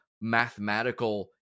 mathematical